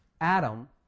Adam